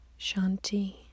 Shanti